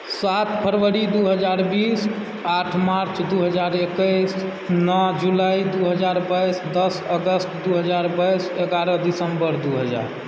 सात फरवरी दू हजार बीस आठ मार्च दू हजार एकैस नओ जुलाइ दू हजार बाइस दश अगस्त दू हजार बाइस एगारह दिसम्बर दू हजार